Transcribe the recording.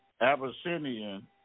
Abyssinian